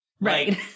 Right